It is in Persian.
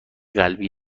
قلبی